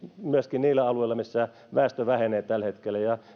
myöskin niillä alueilla missä väestö vähenee tällä hetkellä